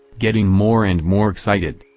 getting more and more excited.